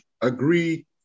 agree